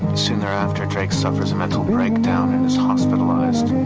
soon thereafter, drake suffers a mental breakdown and is hospitalized.